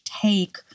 take